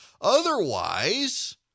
Otherwise